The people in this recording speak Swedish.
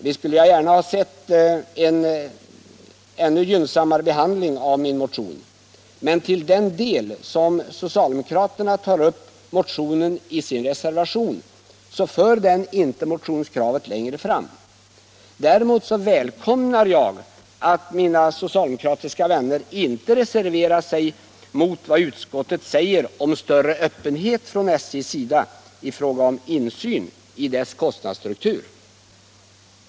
Visst skulle jag gärna ha sett en ännu gynnsammare behandling av min motion, men till den del som socialdemokraterna tar upp motionen i sin reservation för den inte motionskravet längre fram. Däremot välkomnar jag att mina socialdemokratiska vänner inte reserverar sig mot vad utskottet säger om större öppenhet från SJ:s sida i fråga om insyn i dess kostnadsstruktur.